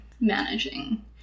Managing